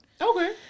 Okay